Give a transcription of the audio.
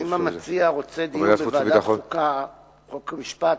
אם המציע רוצה דיון בוועדת החוקה, חוק ומשפט,